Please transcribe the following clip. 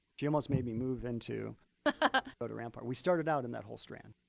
she almost made me move into go to rampart. we started out in that whole strand.